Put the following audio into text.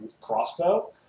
crossbow